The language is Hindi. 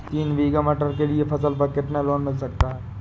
तीन बीघा मटर के लिए फसल पर कितना लोन मिल सकता है?